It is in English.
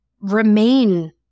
remain